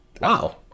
Wow